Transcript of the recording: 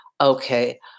Okay